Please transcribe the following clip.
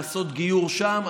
לעשות גיור שם,